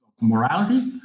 morality